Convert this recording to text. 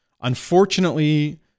unfortunately